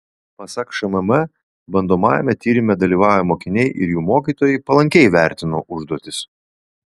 pasak šmm bandomajame tyrime dalyvavę mokiniai ir jų mokytojai palankiai vertino užduotis